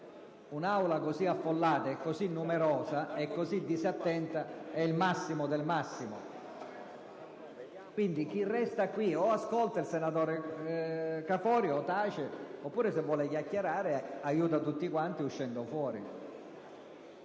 Un'Aula così affollata, numerosa e disattenta è il massimo del massimo. Quindi, chi resta qui o ascolta il senatore Caforio, o tace, oppure, se vuole chiacchierare, aiuta tutti uscendo fuori